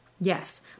Yes